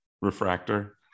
refractor